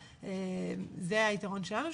זה היתרון שלנו,